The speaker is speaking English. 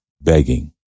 begging